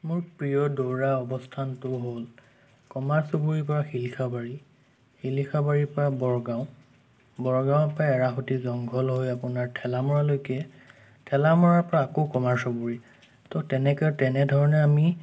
মোৰ প্ৰিয় দৌৰা অৱস্থানটো হ'ল কমাৰ চুবুৰীৰ পৰা শিলিখাবাৰী শিলিখাবাৰীৰ পৰা বৰগাওঁ বৰগাঁৱৰ পৰা এৰাসুতিৰ জংগল হৈ আপোনাৰ ঠেলামৰালৈকে ঠেলামৰাৰ পৰা আকৌ কমাৰ চুবুৰী ত' তেনেকুৱা তেনেধৰণে আমি